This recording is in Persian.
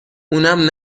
اونم